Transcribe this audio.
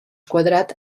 quadrat